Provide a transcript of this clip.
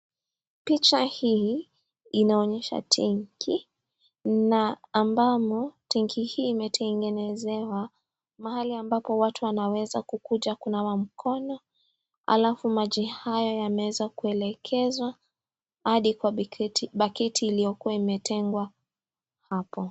Picha hii inaonyesha tenki na ambamo tenki hii imetengenezewa mahali ambapo watu wanaweza kukuja kunawa mkono, halafu maji haya yanaweza kuelekezwa hadi kwa baketi iliyokuwa imetengwa hapo.